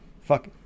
Fuck